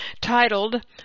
titled